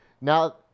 Now